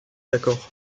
d’accord